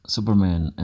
Superman